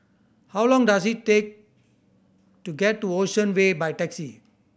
how long does it take to get to Ocean Way by taxi